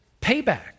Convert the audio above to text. payback